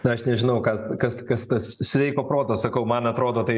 na aš nežinau ką kas kas tas sveiko proto sakau man atrodo tai